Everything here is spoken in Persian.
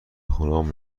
خونمون